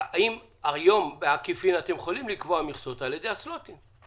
האם היום אתם יכולים לקבוע מכסות על ידי הסלוטים?